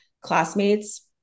classmates